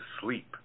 sleep